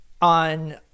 on